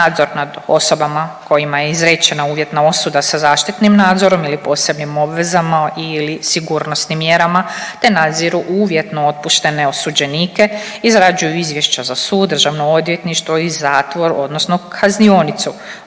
nadzor nad osobama kojima je izrečena uvjetna osuda sa zaštitnim nadzorom ili posebnim obvezama ili sigurnosnim mjerama te nadziru uvjetno otpuštene osuđenike, izrađuju izvješća za sud, Državno odvjetništvo i zatvor odnosno kaznionicu.